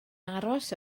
aros